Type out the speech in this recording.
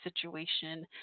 situation